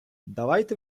давайте